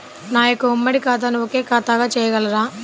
నా యొక్క ఉమ్మడి ఖాతాను ఒకే ఖాతాగా చేయగలరా?